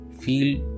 feel